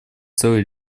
целый